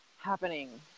happening